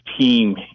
team